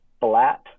flat